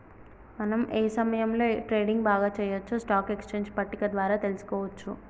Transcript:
మనం ఏ సమయంలో ట్రేడింగ్ బాగా చెయ్యొచ్చో స్టాక్ ఎక్స్చేంజ్ పట్టిక ద్వారా తెలుసుకోవచ్చు